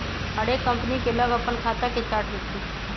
हरेक कंपनी के लग अप्पन खता के चार्ट होइ छइ